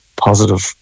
positive